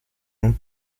nous